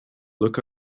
look